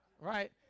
Right